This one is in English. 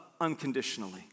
unconditionally